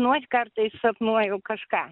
nu aš kartais sapnuoju kažką